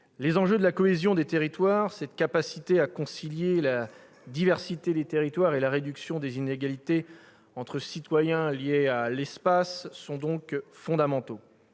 Les enjeux de la cohésion des territoires, cette capacité à concilier la diversité des territoires et la réduction des inégalités entre citoyens liées à l'espace, sont donc fondamentaux.